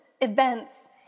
events